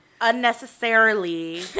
Unnecessarily